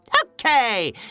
okay